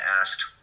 asked